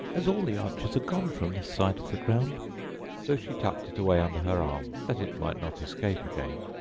as all the arches are gone from this side of the ground so she tucked it away under her arm, that it might not escape again,